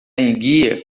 enguia